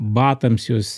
batams jos